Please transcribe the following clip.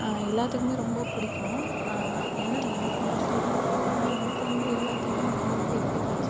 எல்லாத்துக்கும் ரொம்ப பிடிக்கும் ஏன்னா எனக்கு மோஸ்ட்லி ரொம்ப பிடிக்கும் ஆனால் எனக்கு தெரிஞ்சு எல்லாத்துக்கும் அந்தமாதிரி இயற்கைக்காட்சி